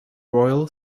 royal